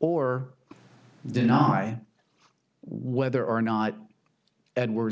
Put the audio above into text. or deny whether or not edwards